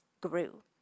grew